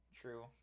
True